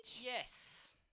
Yes